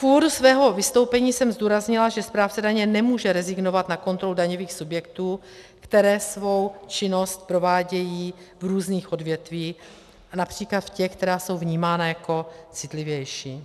V úvodu svého vystoupení jsem zdůraznila, že správce daně nemůže rezignovat na kontrolu daňových subjektů, které svou činnost provádějí v různých odvětvích, např. v těch, která jsou vnímána jako citlivější.